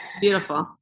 Beautiful